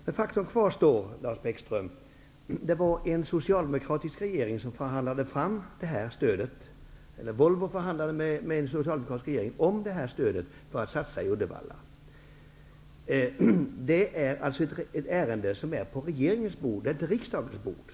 Men faktum kvarstår: Det var en socialdemokratisk regering som förhandlade med Volvo om det här stödet. Ärendet ligger på regeringens bord, inte på riksdagens bord.